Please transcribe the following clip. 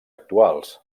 actuals